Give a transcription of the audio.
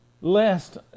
Lest